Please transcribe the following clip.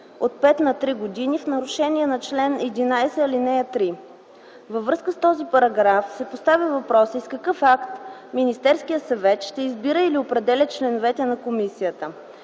от 5 на 3 години в нарушение на чл. 11, ал. 3. Във връзка с този параграф се поставя въпросът: с какъв акт Министерският съвет ще избира или определя членовете на Комисията?